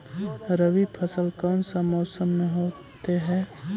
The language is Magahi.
रवि फसल कौन सा मौसम में होते हैं?